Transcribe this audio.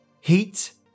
Heat